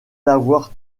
l’avoir